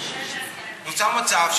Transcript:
נוצר מצב,